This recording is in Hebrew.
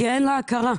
כי אין לה הכרה.